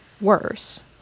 worse